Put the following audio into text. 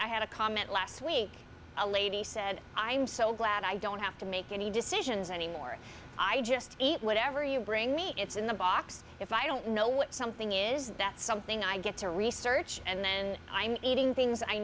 i had a comment last week a lady said i'm so glad i don't have to make any decisions anymore i just eat whatever you bring me it's in the box if i don't know what something is that's something i get to research and then i'm eating things i